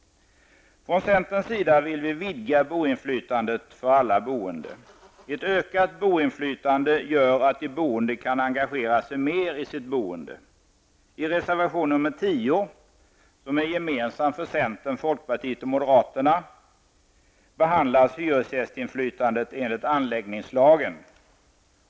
Från centerns sida vill vi vidga boinflytandet för alla boende. Ett ökat boinflytande gör att de boende kan engagera sig mer i sitt boende. I reservation 10, som är gemensam för centern, folkpartiet och moderaterna, behandlas hyresgästinflytandet enligt anläggningslagen.